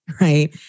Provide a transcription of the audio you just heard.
right